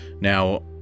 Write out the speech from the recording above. Now